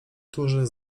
którzy